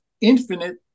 infinite